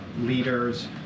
leaders